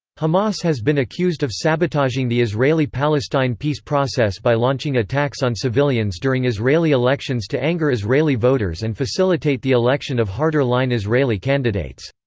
hamas has been accused of sabotaging the israeli-palestine peace process by launching attacks on civilians during israeli elections to anger israeli voters and facilitate the election of harder-line israeli candidates.